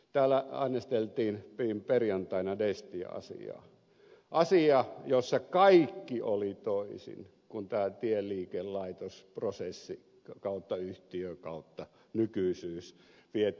täällä äänesteltiin viime perjantaina destia asiaa asia jossa kaikki oli toisin kun tämä tieliikelaitosprosessinykyisyys vietiin läpi